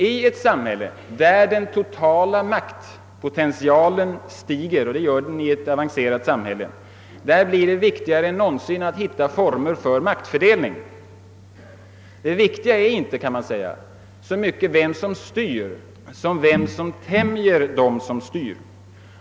I ett samhälle där den totala maktpotentialen stiger — och det gör deni ett avancerat samhälle — blir det viktigare än någonsin att hitta former för maktfördelning. Det viktiga är inte så mycket vem som styr som vem som tämjer dem som styr.